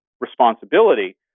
responsibility